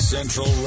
Central